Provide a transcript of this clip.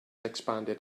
expanded